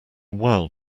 while